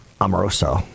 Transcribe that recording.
Amoroso